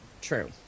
true